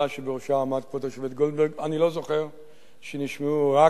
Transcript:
השר בגין, אני עוד